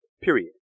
Period